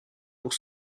pour